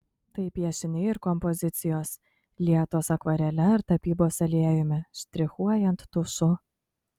tai piešiniai ir kompozicijos lietos akvarele ar tapybos aliejumi štrichuojant tušu